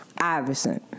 Iverson